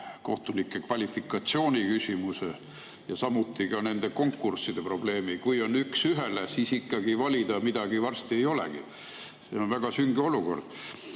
kohtunike kvalifikatsiooni küsimuse ja samuti ka nende konkursside probleemi. Kui on üks ühele, siis varsti ei olegi midagi [enam] valida. Väga sünge olukord.